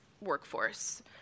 workforce